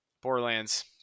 Borderlands